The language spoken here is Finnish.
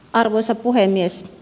arvoisa puhemies